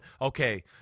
okay